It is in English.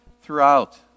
throughout